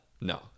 no